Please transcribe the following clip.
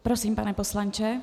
Prosím, pane poslanče.